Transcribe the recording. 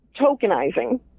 tokenizing